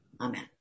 Amen